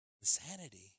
Insanity